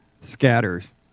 scatters